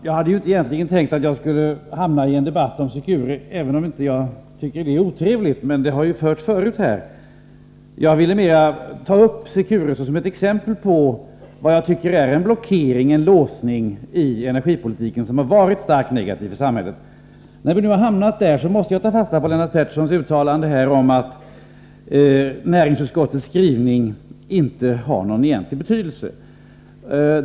Fru talman! Jag hade egentligen inte tänkt att jag skulle hamna i en debatt om Secure. I och för sig tycker jag inte att det är otrevligt, men den debatten har ju förts tidigare här. Jag ville ta upp Secure som ett exempel på vad jag tycker är en blockering i energipolitiken som har varit starkt negativ för samhället. När vi nu ändå hamnat där, måste jag ta fasta på Lennart Petterssons uttalande att näringsutskottets skrivning inte har någon egentlig betydelse.